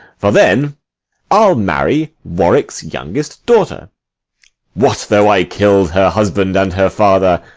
for then i'll marry warwick's youngest daughter what though i kill'd her husband and her father?